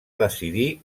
decidir